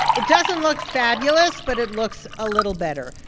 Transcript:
it doesn't look fabulous, but it looks a little better.